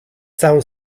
całą